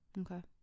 Okay